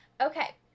Okay